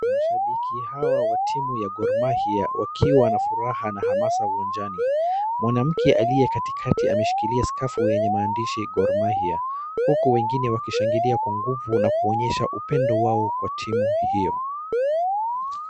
Mashabiki hawa wa timu ya Gor Mahia wakiwa na furaha na hamasa uwanjani, mwanamke aliye katikati ameshikilia skafu yenye maandishi Gor Mahia huku wengine wakishangilia kwa nguvu na kuonyesha upendo wao kwa timu hiyo.